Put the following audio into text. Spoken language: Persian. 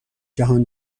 جهان